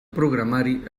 programari